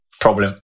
problem